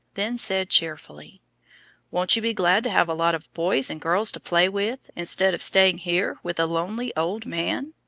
then said cheerfully won't you be glad to have a lot of boys and girls to play with, instead of staying here with a lonely old man?